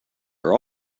are